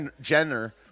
Jenner